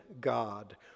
God